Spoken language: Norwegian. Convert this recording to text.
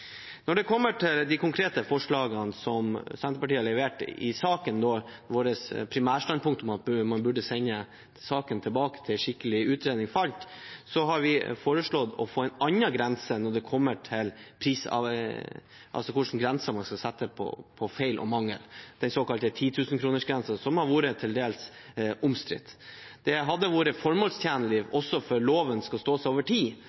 Når det gjelder de konkrete forslagene som Senterpartiet har levert i saken – og når vårt primærstandpunkt om å sende saken tilbake til skikkelig utredning faller, har vi foreslått en annen grense når det gjelder feil og mangler – den såkalte 10 000-kronersgrensen, som til dels har vært omstridt. Det hadde vært formålstjenlig, også for at loven skal stå seg over tid,